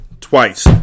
twice